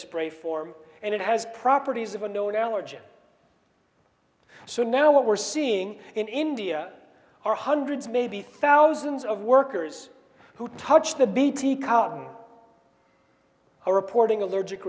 spray form and it has properties of unknown allergy so now what we're seeing in india are hundreds maybe thousands of workers who touch the bt cotton are reporting allergic